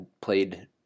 played